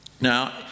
Now